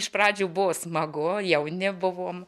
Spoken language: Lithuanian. iš pradžių buvo smagu jauni buvom